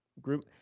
group